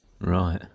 Right